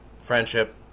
friendship